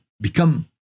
become